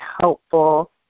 helpful